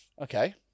Okay